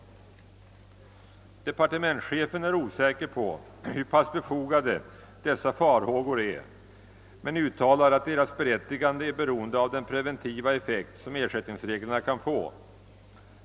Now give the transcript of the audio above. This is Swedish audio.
Departementschefen är osäker på hur pass befogade dessa farhågor är men uttalar att deras berättigande är beroende av den preventiva effekt som ersättningsreglerna kan få.